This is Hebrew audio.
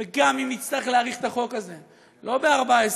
וגם אם נצטרך להאריך את החוק הזה לא ב-14,